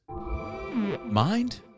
Mind